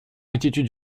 attitude